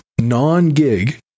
non-gig